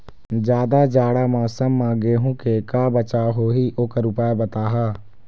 जादा जाड़ा मौसम म गेहूं के का बचाव होही ओकर उपाय बताहा?